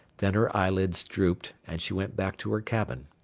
then her eyelids drooped, and she went back to her cabin.